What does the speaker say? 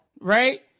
right